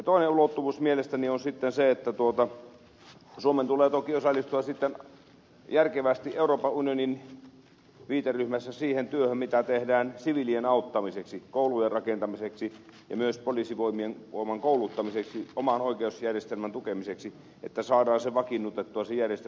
toinen ulottuvuus mielestäni on sitten se että suomen tulee toki osallistua sitten järkevästi euroopan unionin viiteryhmässä siihen työhön mitä tehdään siviilien auttamiseksi koulujen rakentamiseksi ja myös poliisivoimien kouluttamiseksi oman oikeusjärjestelmän tukemiseksi että saadaan vakiinnutettua se järjestelmä